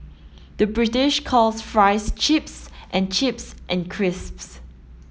the British calls fries chips and chips and crisps